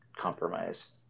compromise